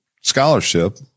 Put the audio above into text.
scholarship